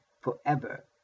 forever